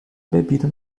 bebida